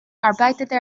arbeitete